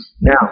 Now